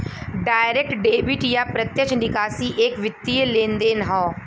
direct debit या प्रत्यक्ष निकासी एक वित्तीय लेनदेन हौ